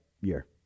year